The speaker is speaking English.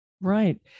Right